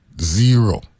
zero